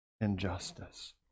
injustice